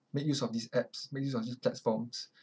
make use of these apps make use of these platforms